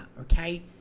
okay